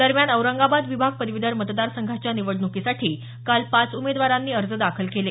दरम्यान औरंगाबाद विभाग पदवीधर मतदार संघाच्या निवडणुकीसाठी काल पाच उमेदवारांनी अर्ज दाखल केले